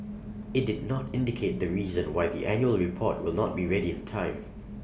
IT did not indicate the reason why the annual report will not be ready in time